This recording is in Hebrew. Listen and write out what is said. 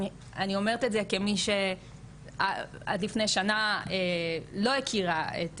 ואני אומרת את זה כמי שעד לפני שנה לא הכירה את